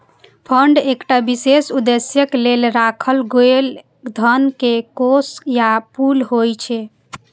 fund एकटा विशेष उद्देश्यक लेल राखल गेल धन के कोष या पुल होइ छै